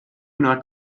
not